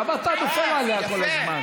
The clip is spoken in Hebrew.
למה אתה נופל עליה כל הזמן?